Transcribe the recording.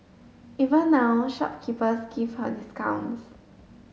even now shopkeepers give her discounts